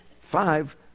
Five